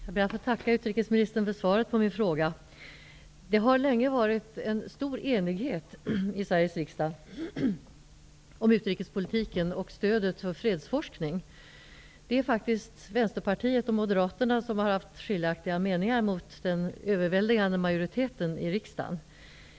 Fru talman! Jag ber att få tacka utrikesministern för svaret på min fråga. Det har länge rått en stor enighet i Sveriges riksdag om utrikespolitiken och stöd till fredsforskning. Det är faktiskt Vänsterpartiet och Moderaterna som har haft skiljaktiga meningar mot den överväldigande majoriteten i riksdagen.